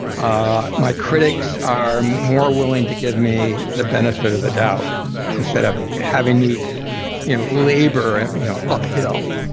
ah my critics are more willing to give me the benefit of the doubt instead of having me you know labor and you know uphill.